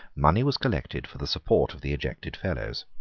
money was collected for the support of the ejected fellows.